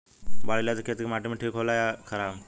बाढ़ अईला से खेत के माटी ठीक होला या खराब?